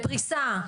לפריסה.